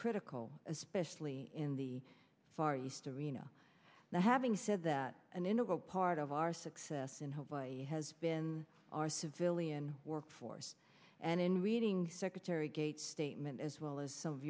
critical especially in the far east of reno now having said that an integral part of our success in her has been our civilian workforce and in reading secretary gates statement as well as some of